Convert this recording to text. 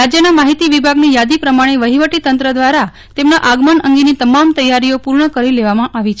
રાજયના માહિતી વિભાગની યાદી પ્રમાણે વહીવટીતંત્ર દ્વારા તેમના આગમન અંગેની તમામ તૈયારીઓ પૂર્ણ કરી લેવામાં આવી છે